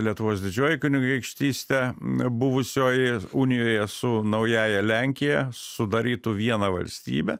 lietuvos didžioji kunigaikštystė buvusioj unijoj su naująja lenkija sudarytų vieną valstybę